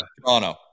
Toronto